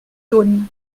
jaunes